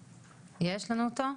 טוב,